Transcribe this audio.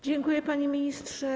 Dziękuję, panie ministrze.